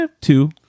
two